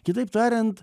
kitaip tariant